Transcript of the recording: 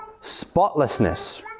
spotlessness